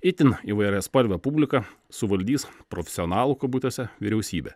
itin įvairiaspalvė publika suvaldys profesionalų kubutėsė vyriausybę